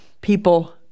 people